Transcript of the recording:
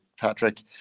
Patrick